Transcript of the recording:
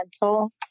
mental